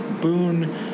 boon